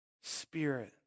Spirit